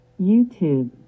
YouTube